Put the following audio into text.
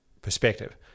perspective